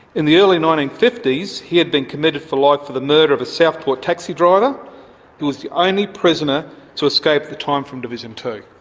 in the early nineteen fifty s, he had been committed for life for the murder of a southport taxi driver he was the only prisoner to so escape the time from division two.